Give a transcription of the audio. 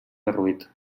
derruït